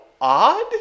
odd